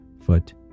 foot